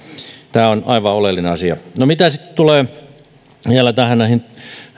tämä on aivan oleellinen asia no mitä sitten tulee vielä näihin